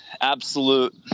absolute